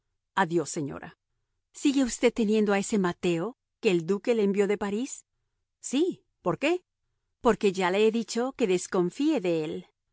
adiós señora sigue usted teniendo a ese mateo que el duque le envió de parís sí por qué porque ya le he dicho que desconfíe de él